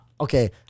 Okay